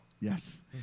Yes